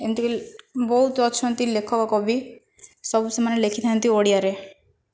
ଏମିତିକି ବହୁତ ଅଛନ୍ତି ଲେଖକ କବି ସବୁ ସେମାନେ ଲେଖିଥାନ୍ତି ଓଡ଼ିଆରେ